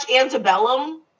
Antebellum